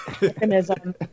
mechanism